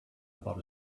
about